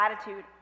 attitude